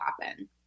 happen